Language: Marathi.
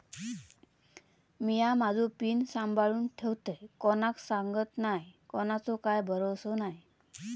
मिया माझो पिन सांभाळुन ठेवतय कोणाक सांगत नाय कोणाचो काय भरवसो नाय